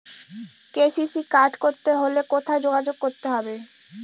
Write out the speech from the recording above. KCC card করতে হলে কোথায় যোগাযোগ করতে হবে?